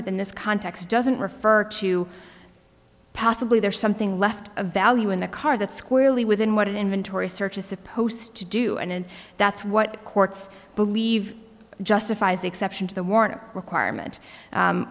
with in this context doesn't refer to possibly there's something left of value in the car that squarely within what inventory search is supposed to do and that's what courts believe justifies the exception to the warrant requirement